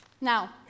Now